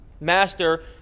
master